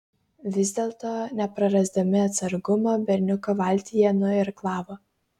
vis dėlto neprarasdami atsargumo berniuko valtį jie nuirklavo